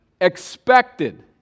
expected